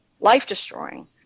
life-destroying